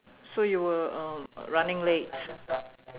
so you were uh running late